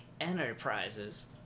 Enterprises